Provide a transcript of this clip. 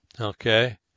Okay